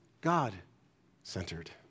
God-centered